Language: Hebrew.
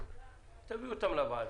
תביאו אותן לוועדה,